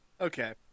Okay